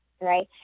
right